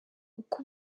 uko